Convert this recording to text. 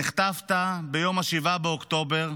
נחטפת ביום 7 באוקטובר,